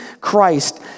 Christ